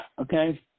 Okay